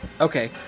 Okay